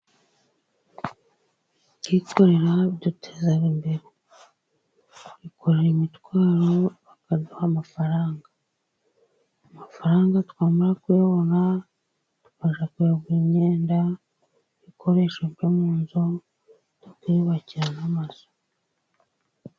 Kwikorera biduteza imbere twikorera imitwaro bakaduha amafaranga, amafaranga twamara kuyabona tukajya kuyagura imyenda, ibikoresho byo mu nzu tukiyubakira n'amazu.